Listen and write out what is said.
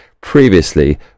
previously